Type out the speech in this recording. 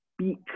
speak